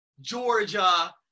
Georgia